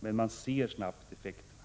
men man ser snabbt effekterna.